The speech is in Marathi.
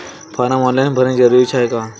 फारम ऑनलाईन भरने जरुरीचे हाय का?